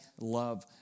love